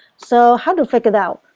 so how to figure out?